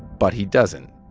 but he doesn't